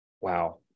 Wow